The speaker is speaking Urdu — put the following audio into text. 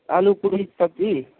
آلو پوڑی سبزی